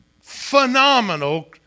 phenomenal